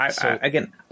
again